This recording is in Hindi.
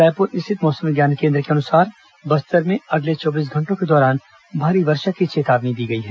रायपुर स्थित मौसम विज्ञान केन्द्र के अनुसार बस्तर में अगले चौबीस घंटों के दौरान भारी वर्षा की चेतावनी दी गई है